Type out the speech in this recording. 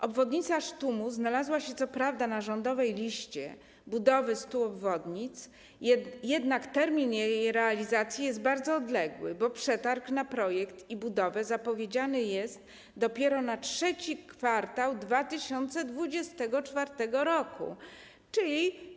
Obwodnica Sztumu znalazła się co prawda na rządowej liście budowy 100 obwodnic, jednak termin jej realizacji jest bardzo odległy, bo przetarg na projekt i budowę zapowiedziany jest dopiero na III kwartał 2024 r.